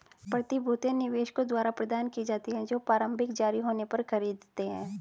प्रतिभूतियां निवेशकों द्वारा प्रदान की जाती हैं जो प्रारंभिक जारी होने पर खरीदते हैं